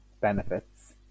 benefits